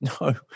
No